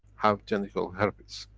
have genital herpes.